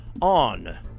on